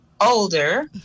older